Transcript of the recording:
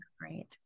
great